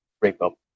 breakup